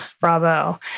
Bravo